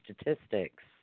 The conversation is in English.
statistics